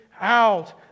out